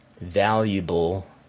valuable